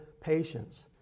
patience